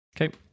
Okay